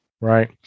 Right